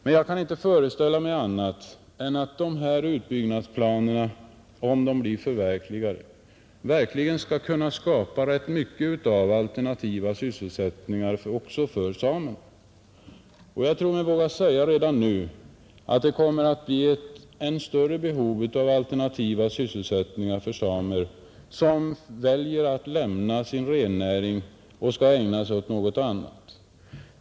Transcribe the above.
Men jag kan inte föreställa mig annat än att dessa utbyggnadsplaner, om de blir förverkligade, skall kunna skapa ganska många alternativa sysselsättningar också för samerna. Jag tror mig redan nu våga säga att det kommer att bli ett än större behov av alternativa sysselsättningar för samer som väljer att lämna sin rennäring för att ägna sig åt något annat.